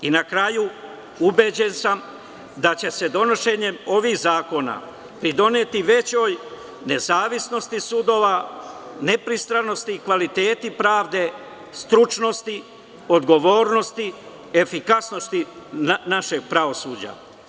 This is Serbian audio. Na kraju, ubeđen sam da će se donošenjem ovih zakona pridoneti većoj nezavisnosti sudova, nepristrasnosti i kvalitetu pravde, stručnosti, odgovornosti, efikasnosti našeg pravosuđa.